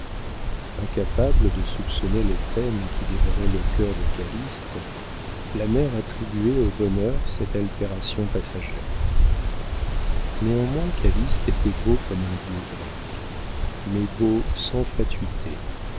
tristes incapable de soupçonner les peines qui dévoraient le cœur de calyste la mère attribuait au bonheur cette altération passagère néanmoins calyste était beau comme un dieu grec mais beau sans fatuité